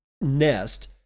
nest